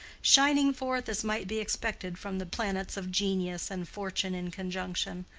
shining forth as might be expected from the planets of genius and fortune in conjunction.